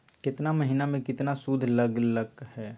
केतना महीना में कितना शुध लग लक ह?